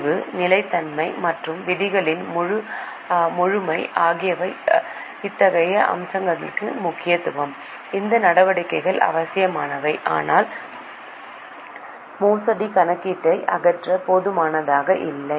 தெளிவு நிலைத்தன்மை மற்றும் விதிகளின் முழுமை ஆகியவை இத்தகைய அமலாக்கத்திற்கு முக்கியம் இந்த நடவடிக்கைகள் அவசியமானவை ஆனால் மோசடி கணக்கீட்டை அகற்ற போதுமானதாக இல்லை